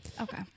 Okay